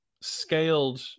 scaled